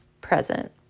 present